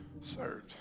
Sir